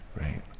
right